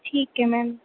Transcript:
ਠੀਕ ਹੈ ਮੈਮ